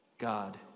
God